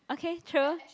okay true